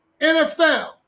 NFL